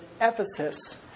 Ephesus